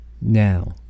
Now